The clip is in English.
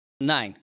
nine